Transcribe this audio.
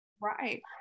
Right